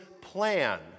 plan